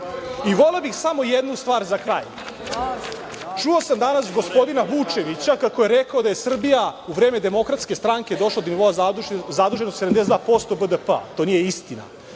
bih samo jednu stvar za kraj. Čuo sam danas gospodina Vučevića kako je rekao da je Srbija u vreme DS došla do nivoa zaduženosti 72% BDP. To nije istina.